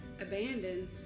abandoned